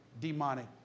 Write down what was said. demonic